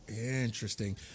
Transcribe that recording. Interesting